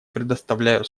предоставляю